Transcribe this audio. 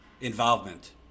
involvement